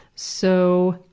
so,